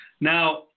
Now